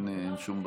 אין שום בעיה.